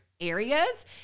areas